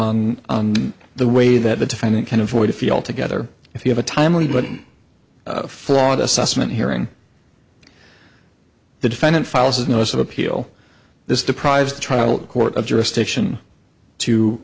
on the way that the defendant can avoid a few altogether if you have a timely but flawed assessment hearing the defendant files notice of appeal this deprives the trial court of jurisdiction to